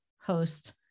host